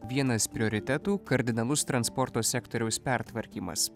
vienas prioritetų kardinalus transporto sektoriaus pertvarkymas